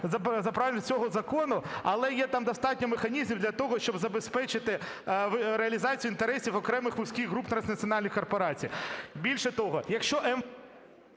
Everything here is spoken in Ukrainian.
запровадження цього закону, але є там достатньо механізмів для того, щоб забезпечити реалізацію інтересів окремих вузьких груп транснаціональних корпорацій. Більше того, якщо…